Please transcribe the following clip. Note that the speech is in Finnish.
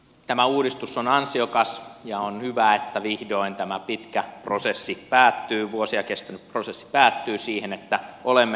tämä uudistus on ansiokas ja on hyvä että vihdoin tämä pitkä vuosia kestänyt prosessi päättyy siihen että olemme löytäneet yhteisymmärryksen